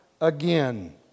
again